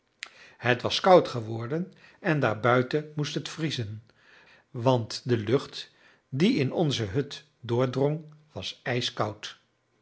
het was koud geworden en daar buiten moest het vriezen want de lucht die in onze hut doordrong was ijskoud